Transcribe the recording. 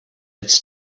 its